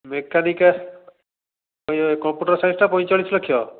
mechanical ଇଏ computer ସାଇନ୍ସଟା ପଇଁଚାଳିଶ ଲକ୍ଷ